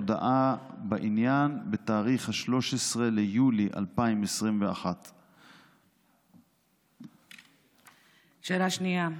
הודעה בעניין בתאריך 13 ביולי 2021. שאלה שנייה.